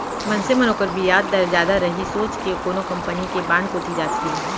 मनसे मन ओकर बियाज दर जादा रही सोच के कोनो कंपनी के बांड कोती जाथें